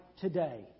today